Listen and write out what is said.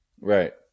Right